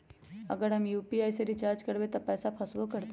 अगर हम यू.पी.आई से रिचार्ज करबै त पैसा फसबो करतई?